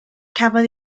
cafodd